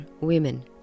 women